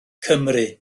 cymru